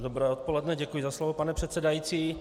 Dobré odpoledne, děkuji za slovo, pane předsedající.